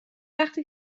وقتی